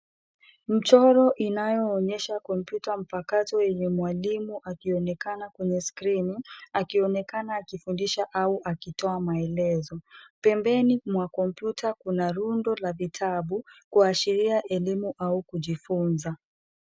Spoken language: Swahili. Mchoro inayoonyesha kompyuta mpakato yenye mwalimu akionekana kwenye skrini akionekana akifundisha au akitoa maelezo. Pembeni mwa kompyuta kuna rundo la vitabu kuashiria elimu au kujifunza.